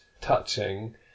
touching